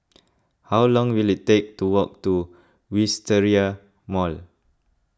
how long will it take to walk to Wisteria Mall